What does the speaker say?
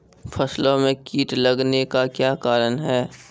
फसलो मे कीट लगने का क्या कारण है?